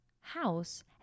house